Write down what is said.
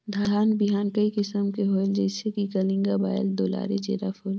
धान बिहान कई किसम के होयल जिसे कि कलिंगा, बाएल दुलारी, जीराफुल?